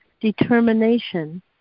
determination